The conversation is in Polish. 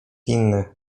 inny